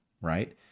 Right